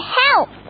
help